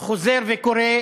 חוזר וקורא,